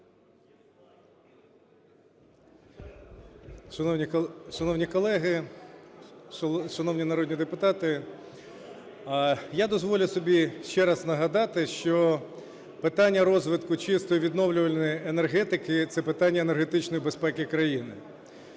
Шановні колеги, шановні народні депутати, я дозволю собі ще раз нагадати, що питання розвитку чистої відновлювальної енергетики – це питання енергетичної безпеки країни.